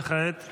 וכעת?